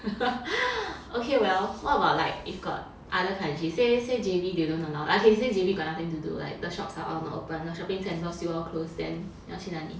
okay well what about like if got other countries say say J_B they don't allow okay say J_B got nothing to do like the shops are all not open the shopping centres still all close then 你要去哪里